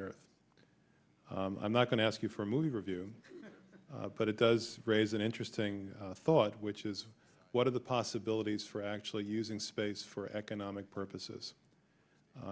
earth i'm not going to ask you for a movie review but it does raise an interesting thought which is what are the possibilities for actually using space for economic purposes